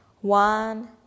one